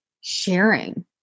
sharing